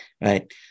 Right